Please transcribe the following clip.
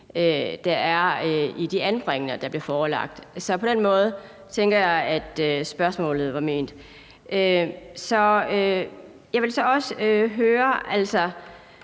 der er i de anbringender, der bliver forelagt. Så på den måde tænker jeg spørgsmålet var ment. Måske er der et reelt